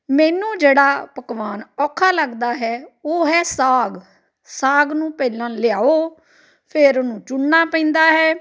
ਮੈਨੂੰ ਜਿਹੜਾ ਪਕਵਾਨ ਔਖਾ ਲੱਗਦਾ ਹੈ ਉਹ ਹੈ ਸਾਗ ਸਾਗ ਨੂੰ ਪਹਿਲਾਂ ਲਿਆਓ ਫਿਰ ਉਹਨੂੰ ਚੁਣਨਾ ਪੈਂਦਾ ਹੈ